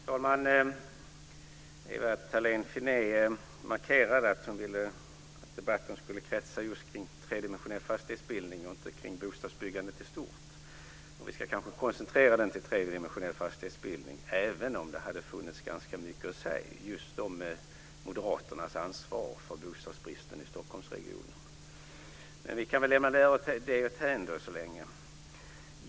Fru talman! Ewa Thalén Finné markerade att hon ville att debatten skulle kretsa just kring tredimensionell fastighetsbildning och inte kring bostadsbyggandet i stort. Och vi ska kanske koncentrera den till tredimensionell fastighetsbildning, även om det hade funnits ganska mycket att säga om just Moderaternas ansvar för bostadsbristen i Stockholmsregionen. Men vi kan väl lämna det därhän så länge.